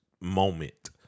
moment